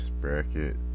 Bracket